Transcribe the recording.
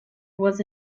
was